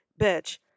Bitch